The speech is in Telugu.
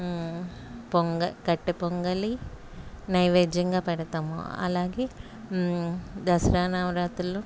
పొంగ కట్టు పొంగలి నైవేద్యంగా పెడతాము అలాగే దసరా నవరాత్రులు